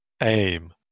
Aim